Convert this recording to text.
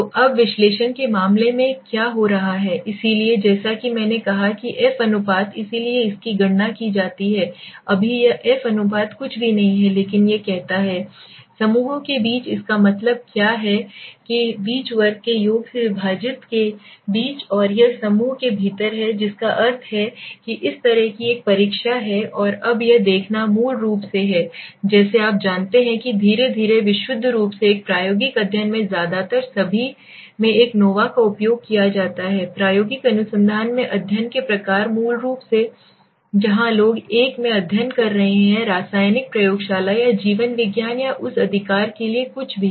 तो अब विश्लेषण के मामले में क्या हो रहा है इसलिए जैसा कि मैंने कहा कि एफ अनुपात इसलिए इसकी गणना की जाती है अभी यह f अनुपात कुछ भी नहीं है लेकिन यह कहता है समूहों के बीच इसका मतलब क्या है के बीच वर्ग के योग से विभाजित के बीच और यह समूह के भीतर है जिसका अर्थ है कि इस तरह की एक परीक्षा है और अब यह देखना मूल रूप से है जैसे आप जानते हैं कि धीरे धीरे विशुद्ध रूप से एक प्रायोगिक अध्ययन में ज्यादातर सभी में एक नोवा का उपयोग किया जाता है प्रायोगिक अनुसंधान में अध्ययन के प्रकार मूल रूप से जहां लोग एक में अध्ययन कर रहे हैं रासायनिक प्रयोगशाला या जीवविज्ञान या उस अधिकार के लिए कुछ भी